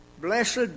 blessed